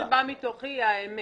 מה שבא מתוכי נוגע